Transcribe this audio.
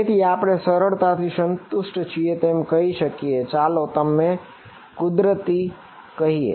તેથી આપણે તેને સરળતાથી સંતુષ્ટ છે તેમ કહી શકીએ ચાલો તેમને કુદરતી કહીએ